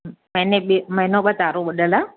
महीने ॿीं महीनो भरु तारो बुॾलु आहे